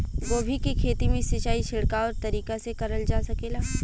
गोभी के खेती में सिचाई छिड़काव तरीका से क़रल जा सकेला?